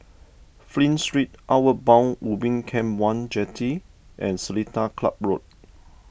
Flint Street Outward Bound Ubin Camp one Jetty and Seletar Club Road